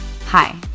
Hi